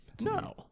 No